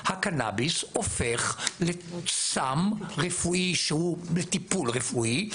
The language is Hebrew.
הקנביס הופך לסם רפואי שהוא בטיפול רפואי,